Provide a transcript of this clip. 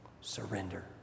surrender